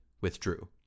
withdrew